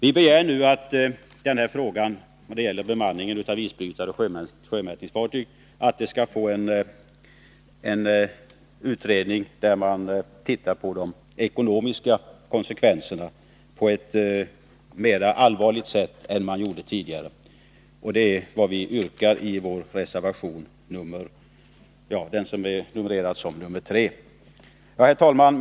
Vi begär nu att frågan om bemanningen av isbrytare och sjömätningsfartyg skall bli föremål för en utredning, där man undersöker de ekonomiska konsekvenserna på ett mer allvarligt sätt än man gjorde tidigare. Detta yrkande framför vi i vår reservation nr 3. Herr talman!